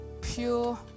pure